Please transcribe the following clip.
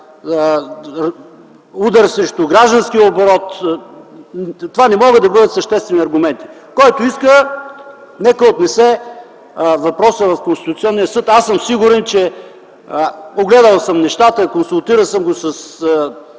удар срещу гражданския оборот, но това не могат да бъдат съществени аргументи. Който иска, нека отнесе въпроса в Конституционния съд. Аз съм сигурен - огледал съм нещата, консултирал съм се със